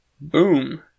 Boom